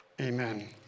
amen